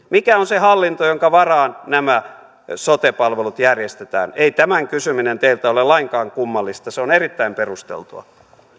mikä on se hallinto jonka varaan nämä sote palvelut järjestetään ei tämän kysyminen teiltä ole lainkaan kummallista se on erittäin perusteltua